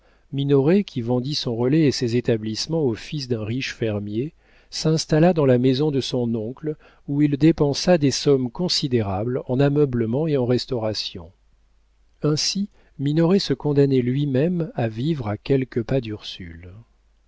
minoret qui vendit son relais et ses établissements au fils d'un riche fermier s'installa dans la maison de son oncle où il dépensa des sommes considérables en ameublements et en restaurations ainsi minoret se condamnait lui-même à vivre à quelques pas d'ursule